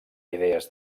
idees